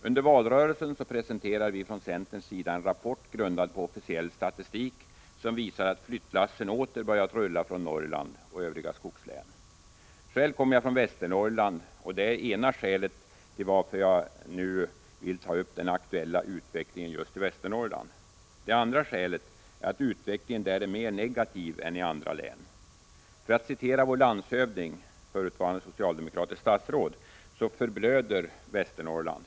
Under valrörelsen presenterade vi från centerns sida en rapport grundad på officiell statistik som visade att flyttlassen åter börjat rulla från Norrland och övriga skogslän. Själv kommer jag från Västernorrland, och det är det ena skälet till att jag nu vill ta upp den aktuella utvecklingen i just detta län. Det andra skälet är att utvecklingen där är mer negativ än i andra län. För att hänvisa till vad vår landshövding — förutvarande socialdemokratiskt statsråd — sagt så förblöder Västernorrland.